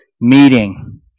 meeting